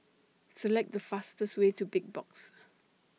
Select The fastest Way to Big Box